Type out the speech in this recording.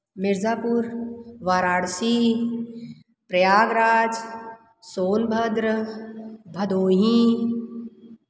Mirzapur Varanasi Prayagraj Sonbhadra Bhadohi